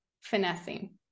finessing